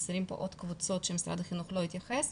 קבוצות שמשרד החינוך לא התייחס אליהן.